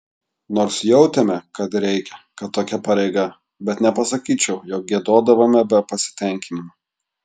nors jautėme kad reikia kad tokia pareiga bet nepasakyčiau jog giedodavome be pasitenkinimo